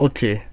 Okay